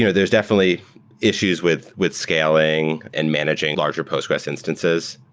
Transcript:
you know there's definitely issues with with scaling and managing larger postgres instances.